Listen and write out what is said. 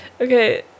Okay